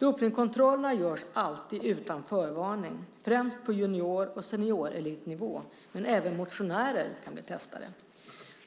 Dopningskontrollerna görs alltid utan förvarning, främst på junior och seniorelitnivå, men även motionärer kan bli testade.